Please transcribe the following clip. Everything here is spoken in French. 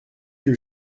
que